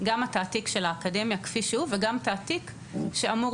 גם התעתיק של האקדמיה כפי שהוא וגם תעתיק שאמור